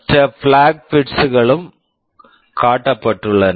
மற்ற black flag bits bits களும் காட்டப்பட்டுள்ளன